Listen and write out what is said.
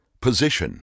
position